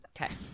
Okay